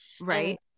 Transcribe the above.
right